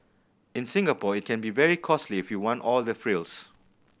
in Singapore it can be very costly if you want all the frills